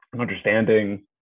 understanding